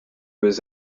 was